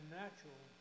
natural